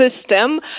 system